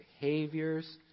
behaviors